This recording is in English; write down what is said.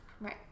right